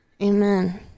amen